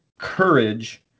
Courage